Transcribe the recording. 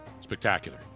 spectacular